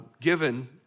given